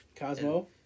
cosmo